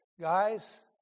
Guys